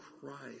Christ